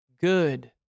good